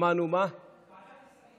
שמענו כספים, ועדת השרים